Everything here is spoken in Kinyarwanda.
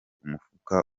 umufuka